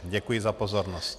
Děkuji za pozornost.